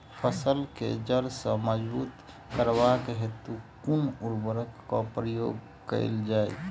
फसल केँ जड़ मजबूत करबाक हेतु कुन उर्वरक केँ प्रयोग कैल जाय?